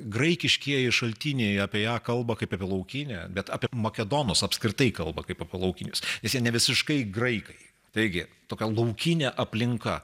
graikiškieji šaltiniai apie ją kalba kaip apie laukinę bet apie makedonus apskritai kalba kaip apie laukinius nes jie nevisiškai graikai taigi tokia laukinė aplinka